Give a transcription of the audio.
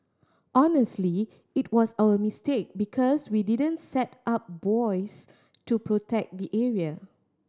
honestly it was our mistake because we didn't set up buoys to protect the area